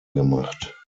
gemacht